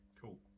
cool